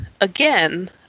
again